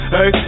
Hey